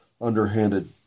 underhanded